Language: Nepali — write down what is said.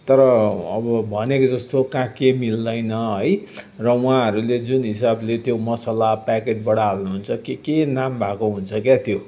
तर अब भनेको जस्तो कहाँ के मिल्दैन है र उहाँहरूले जुन हिसाबले त्यो मसला प्याकेटबाट हाल्नु हुन्छ के के नाम भएको हुन्छ क्या त्यो